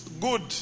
good